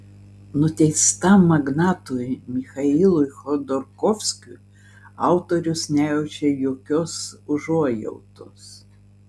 nuteistam magnatui michailui chodorkovskiui autorius nejaučia jokios užuojautos